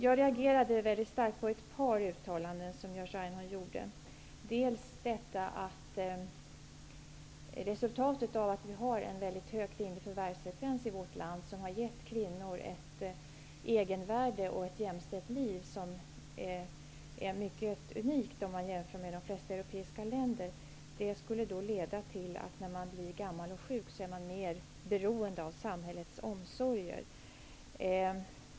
Jag reagerade väldigt starkt på ett par av Jerzy Einhorns uttalanden. Han sade att resultatet av att vi har en väldigt hög kvinnlig förvärvsfrekvens i vårt land, som gett kvinnor ett egenvärde och ett jämställt liv som är mycket unikt om man jämför med de flesta europeiska länder, har blivit att när man blir gammal och sjuk är man mer beroende av samhällets omsorger.